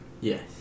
Yes